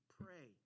pray